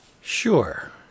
Sure